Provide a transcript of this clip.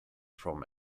from